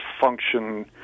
function